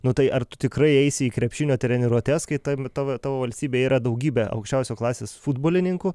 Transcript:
nu tai ar tu tikrai eisi į krepšinio treniruotes kai ta tavo tavo valstybėj yra daugybė aukščiausios klasės futbolininkų